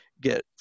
get